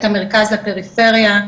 את המרכז לפריפריה,